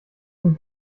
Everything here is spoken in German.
dem